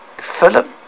Philip